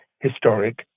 historic